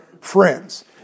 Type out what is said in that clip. friends